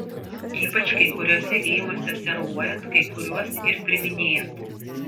ypač kai kuriuose geimuose servuojant kai kuriuos ir priiminėjant